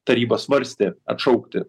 taryba svarstė atšaukti